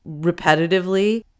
repetitively